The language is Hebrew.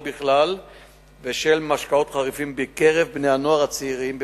בכלל ושל משקאות חריפים בקרב בני-הנוער והצעירים בפרט,